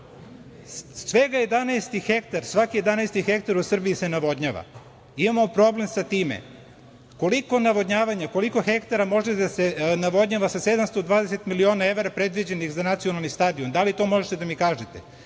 ministarstava. Svaki 11 hektar u Srbiji se navodnjava. Imamo problem sa time. Koliko hektara može da se navodnjava sa 720 miliona evra predviđenih za nacionalni stadion? Da li možete da mi kažete?